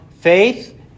faith